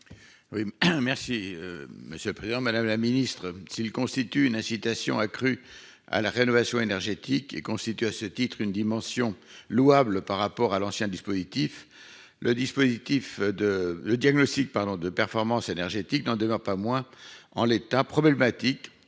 Oui. Merci monsieur le président, madame la ministre, s'il constitue une incitation accrue à la rénovation énergétique et constitue à ce titre une dimension louable par rapport à l'ancien dispositif. Le dispositif de le diagnostic pardon de performance énergétique n'en demeure pas moins en l'état problématique